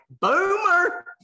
Boomer